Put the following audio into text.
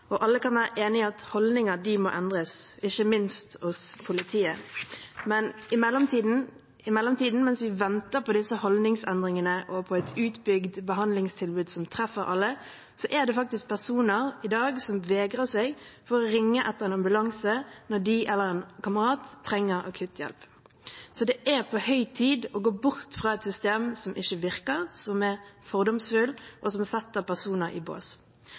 og alle kan være enig i at holdninger må endres, ikke minst hos politiet. Men i mellomtiden, mens vi venter på disse holdningsendringene og på et utbygd behandlingstilbud som treffer alle, er det faktisk personer i dag som vegrer seg for å ringe etter en ambulanse når de eller en kamerat trenger akutthjelp. Det er på høy tid å gå bort fra et system som ikke virker, som er fordomsfullt, og som setter personer i bås.